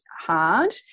hard